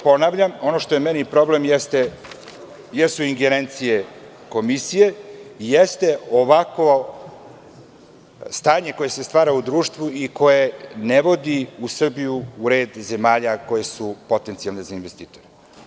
Ponavljam, ono što je meni problem jesu ingerencije komisije i jeste ovakvo stanje koje se stvara u društvu i koje ne vodi Srbiju u red zemalja koje su potencijalne za investitore.